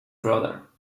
brother